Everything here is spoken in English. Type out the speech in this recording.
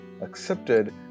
accepted